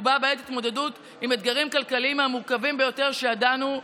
ובה בעת התמודדות עם אתגרים כלכליים מהמורכבים ביותר שידענו,